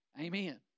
Amen